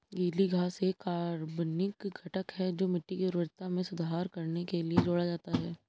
गीली घास एक कार्बनिक घटक है जो मिट्टी की उर्वरता में सुधार करने के लिए जोड़ा जाता है